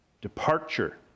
departure